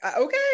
okay